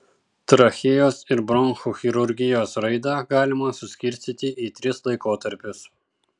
trachėjos ir bronchų chirurgijos raidą galima suskirstyti į tris laikotarpius